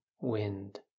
wind